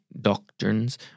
doctrines